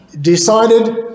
decided